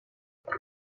comme